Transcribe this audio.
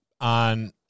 on